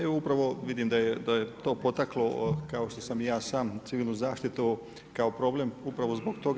Evo upravo vidim da je to potaklo kao što sam i ja sam civilnu zaštitu kao problem upravo zbog toga.